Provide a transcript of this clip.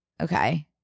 Okay